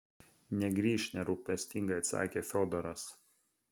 negrįš nerūpestingai atsakė fiodoras